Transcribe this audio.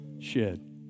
shed